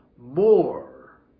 more